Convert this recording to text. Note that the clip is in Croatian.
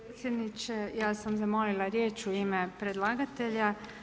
Predsjedniče ja sam zamolila riječ u ime predlagatelja.